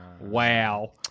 Wow